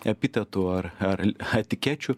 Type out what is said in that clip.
epitetų ar ar etikečių